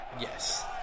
Yes